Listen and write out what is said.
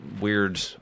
weird